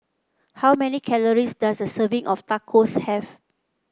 how many calories does a serving of Tacos have